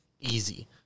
easy